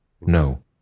No